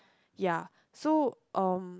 ya so um